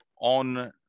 on